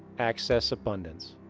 access abundance.